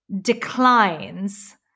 declines